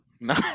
No